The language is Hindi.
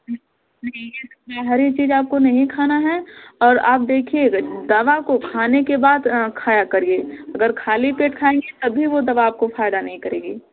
हरी चीज आपको नहीं खाना है और आप देखिए दवा को खाने के बाद खाया करिए अगर खाली पेट खाएंगी कभी वो दवा आपको फायदा नहीं करेगी